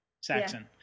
saxon